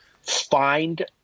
find